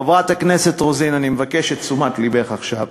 חברת הכנסת רוזין, אני מבקש את תשומת לבך עכשיו.